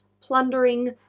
plundering